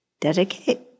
dedicate